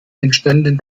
entstanden